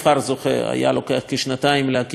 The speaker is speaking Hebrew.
למדינה בעצמה היה לוקח כשנתיים להקים את המפעל,